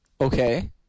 Okay